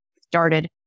started